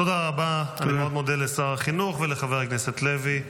תודה רבה לשר החינוך ולחבר הכנסת לוי.